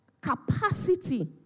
capacity